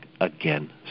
again